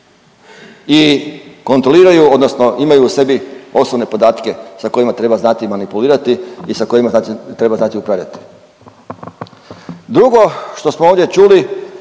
i kontroliraju, odnosno imaju u sebi osobne podatke sa kojima treba znati manipulirati i sa kojima treba znati upravljati. Drugo što smo ovdje čuli